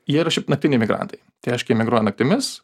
jie yra šiaip naktiniai migrantai tai reiškia jie migruoja naktimis